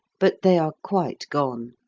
but they are quite gone.